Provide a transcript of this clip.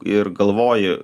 ir galvoji